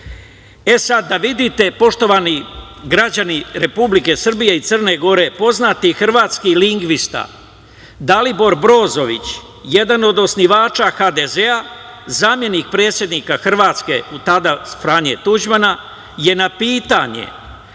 sad da vidite, poštovani građani Republike Srbije i Crne Gore, poznati hrvatski lingvista Dalibor Brozović, jedan od osnivača HDZ-a, zamenik predsednika Hrvatske tada Franje Tuđmana, je na pitanje